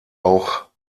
auch